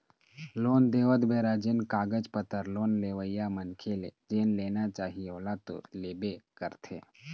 loan देवत बेरा जेन कागज पतर लोन लेवइया मनखे ले जेन लेना चाही ओला तो लेबे करथे